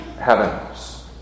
heavens